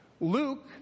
Luke